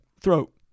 throat